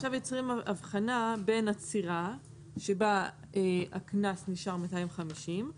עכשיו יוצרים הבחנה בין עצירה בה הקנס נשאר 250 שקלים